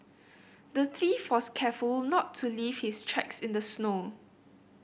the thief was careful to not leave his tracks in the snow